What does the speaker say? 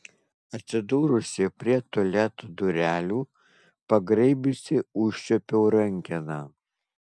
atsidūrusi prie tualeto durelių pagraibiusi užčiuopiau rankeną